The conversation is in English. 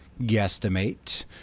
guesstimate